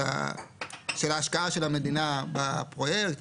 של ההשקעה של המדינה בפרויקט,